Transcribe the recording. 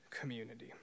community